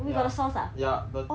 ya ya but